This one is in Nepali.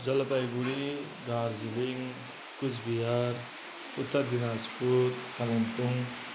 जलपाइगुढी दार्जिलिङ कुच बिहार उत्तर दिनाजपुर कालिम्पोङ